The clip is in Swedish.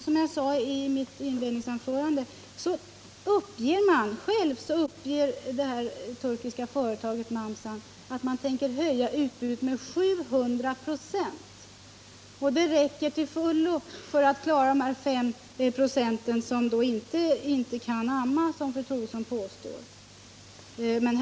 Som jag sade i mitt inledningsanförande, uppger det turkiska företaget Mamsan att man tänker öka utbudet med 700 926, och det räcker till fullo för att klara deras behov som inte kan amma, vilkas antal enligt vad fru Troedsson påstår är 5 26 av kvinnorna.